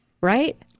Right